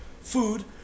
food